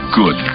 good